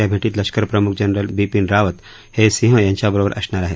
या भेटीत लष्कर प्रमुख जनरल बिपीन रावत हे सिंह यांच्याबरोबर असणार आहेत